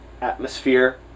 atmosphere